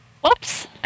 Whoops